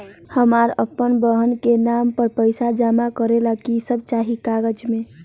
हमरा अपन बहन के नाम पर पैसा जमा करे ला कि सब चाहि कागज मे?